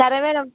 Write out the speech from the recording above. సరే మ్యాడమ్